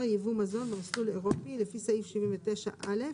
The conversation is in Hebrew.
יבוא מזון במסלול האירופי לפי סעיף 79 א',